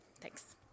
Thanks